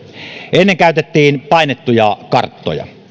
ennen käytettiin painettuja karttoja